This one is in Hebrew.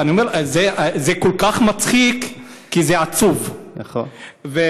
זה כל כך מצחיק, כי